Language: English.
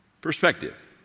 perspective